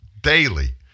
daily